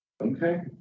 Okay